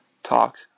Talk